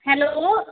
hello